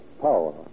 power